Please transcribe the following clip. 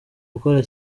gukora